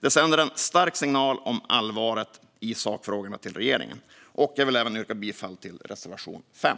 Det sänder en stark signal till regeringen om allvaret i sakfrågorna. Jag vill även yrka bifall till reservation 5.